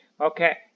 Okay